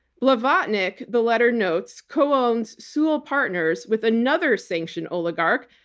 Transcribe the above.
blavatnik, the letter notes, co-owns sual partners with another sanctioned oligarch,